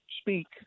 speak